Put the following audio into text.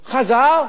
חזר,